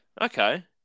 Okay